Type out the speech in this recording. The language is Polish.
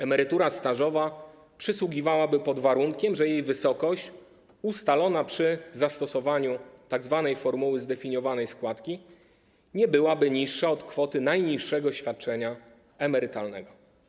Emerytura stażowa przysługiwałaby pod warunkiem, że jej wysokość ustalona przy zastosowaniu tzw. formuły zdefiniowanej składki nie byłaby niższa od kwoty najniższego świadczenia emerytalnego.